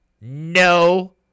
no